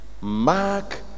Mark